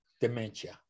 dementia